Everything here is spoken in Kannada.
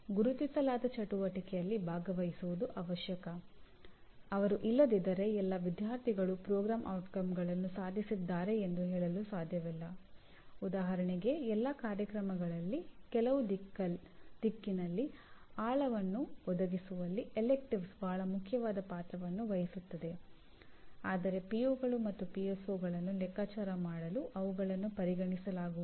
ಆದ್ದರಿಂದ ಎಂಜಿನಿಯರಿಂಗ್ ಕಾರ್ಯಕ್ರಮಗಳ ಪದವೀಧರರು ಉತ್ತಮ ಎಂಜಿನಿಯರ್ನ ಎಲ್ಲಾ ಅಗತ್ಯ ಗುಣಲಕ್ಷಣಗಳನ್ನು ಹೊಂದಿದ್ದಾರೆ ಎಂದು ಖಚಿತಪಡಿಸಿಕೊಳ್ಳಲು ಎಂಜಿನಿಯರಿಂಗ್ ಕಾರ್ಯಕ್ರಮಗಳ ಮಾನ್ಯತೆಯನ್ನು ಪರಿಚಯಿಸಲಾಯಿತು